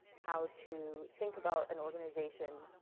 how to think about an organization,